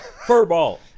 furball